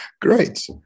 great